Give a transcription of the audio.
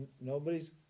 nobody's